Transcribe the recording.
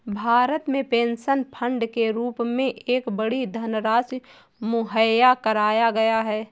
भारत में pension fund के रूप में एक बड़ी धनराशि मुहैया कराया गया है